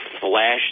flash